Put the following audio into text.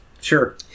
Sure